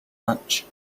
lunch